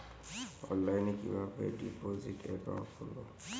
অনলাইনে কিভাবে deposit account খুলবো?